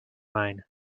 mine